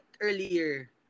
earlier